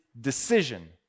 decision